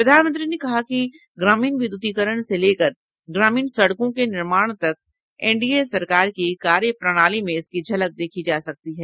प्रधानमंत्री ने कहा कि ग्रामीण विद्युतीकरण से लेकर ग्रामीण सड़कों के निर्माण तक एनडीए सरकार की कार्य प्रणाली में इसकी झलक देखी जा सकती है